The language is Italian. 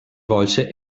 volse